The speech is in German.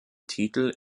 titel